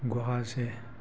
ꯒꯨꯍꯥꯁꯦ